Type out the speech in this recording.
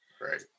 Right